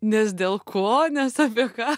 nes dėl ko nes apie ką